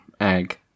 egg